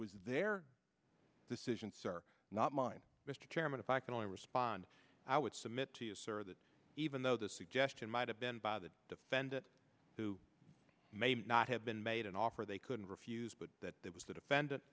was their decision sir not mine mr chairman if i can only respond i would submit to you sir that even though the suggestion might have been by the defendant who may not have been made an offer they couldn't refuse but that that was the defend